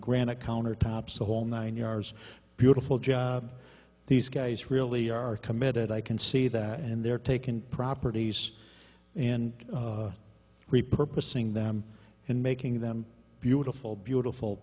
granite countertops the whole nine yards beautiful job these guys really are committed i can see that and they're taken properties and repurpose seeing them and making them beautiful beautiful